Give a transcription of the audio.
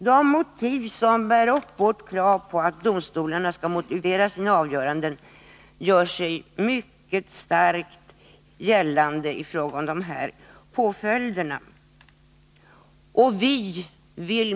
De motiv som bär upp vårt krav på att domstolarna skall motivera sina avgöranden gör sig mycket starkt gällande i fråga om dessa påföljder.